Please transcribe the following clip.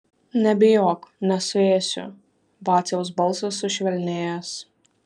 nebijok nesuėsiu vaciaus balsas sušvelnėjęs